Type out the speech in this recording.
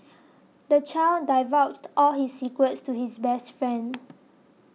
the child divulged all his secrets to his best friend